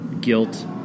guilt